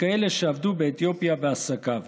וכאלה שעבדו באתיופיה בעסקיו.